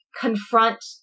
confront